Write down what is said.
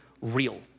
real